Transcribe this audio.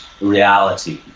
reality